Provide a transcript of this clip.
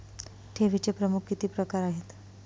ठेवीचे प्रमुख किती प्रकार आहेत?